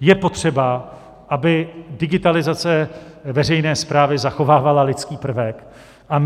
Je potřeba, aby digitalizace veřejné správy zachovávala lidský prvek, a